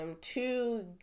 two